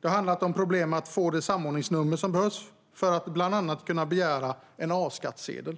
Det har handlat om problem med att få det samordningsnummer som behövs för att bland annat kunna begära en A-skattsedel.